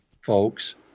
folks